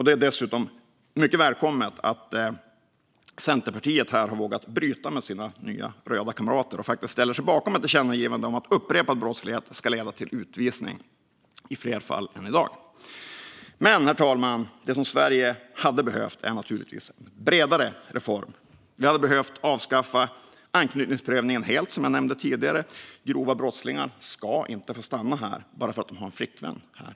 Det är dessutom mycket välkommet att Centerpartiet här har vågat bryta med sina nya röda kamrater och faktiskt ställer sig bakom ett tillkännagivande om att upprepad brottslighet ska leda till utvisning i fler fall än i dag. Herr talman! Det Sverige hade behövt är naturligtvis en bredare reform. Vi hade behövt avskaffa anknytningsprövningen helt, som jag nämnde tidigare. Grova brottslingar ska inte få stanna här bara för att de har en flickvän här.